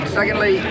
Secondly